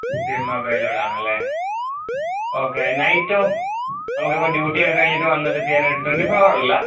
SIM അവയ്ലബിളാണ് ആണ് അല്ലേ ഓക്കെ നൈറ്റോ നമുക്ക് ഇപ്പം ഡ്യൂട്ടിയൊക്കെ കഴിഞ്ഞിട്ട് വന്നിട്ട് ചെയ്യാനായിട്ട് ട്വൻറ്റി ഫോർ അവർ അല്ലേ